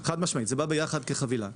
חד משמעית, זה בא ביחד, כחבילה.